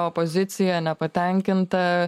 opozicija nepatenkinta